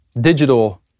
digital